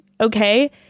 Okay